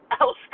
else